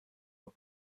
are